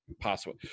possible